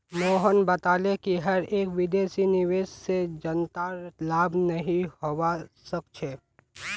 मोहन बताले कि हर एक विदेशी निवेश से जनतार लाभ नहीं होवा सक्छे